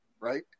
right